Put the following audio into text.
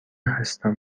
هستم